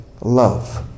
love